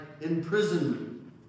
imprisonment